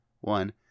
One